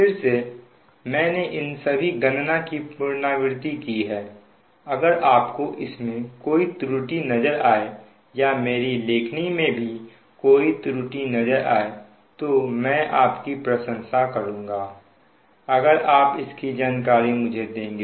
फिर से मैंने इन सभी गणना की पुनरावृति की है अगर आपको इसमें कोई त्रुटि नजर आए या मेरे लेखनी में भी कोई त्रुटि नजर आए तो मैं आपकी प्रशंसा करूंगा अगर आप इसकी जानकारी मुझे देंगे